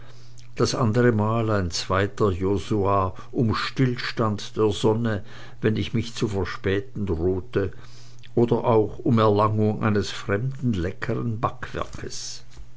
das andere mal ein zweiter josua um still stand der sonne wenn ich mich zu verspäten drohte oder auch um erlangung eines fremden leckeren backwerkes